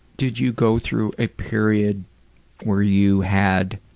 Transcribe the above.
did you go through a period where you had